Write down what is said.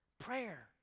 Prayer